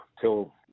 till